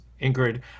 Ingrid